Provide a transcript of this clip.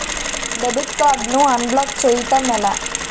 Debit card ను unblock block చేయటం ఎలా?